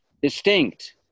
distinct